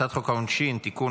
הצעת חוק העונשין (תיקון,